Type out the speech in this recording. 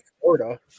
Florida